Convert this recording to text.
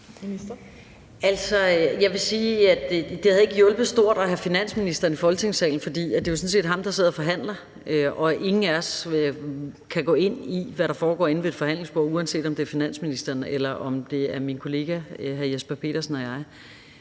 det ikke havde hjulpet stort at have finansministeren i Folketingssalen, for det er jo sådan set ham, der sidder og forhandler, og ingen af os kan gå ind i, hvad der foregår inde ved et forhandlingsbord, uanset om det er finansministeren, eller om det er min kollega hr. Jesper Petersen og mig.